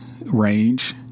range